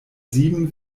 sieben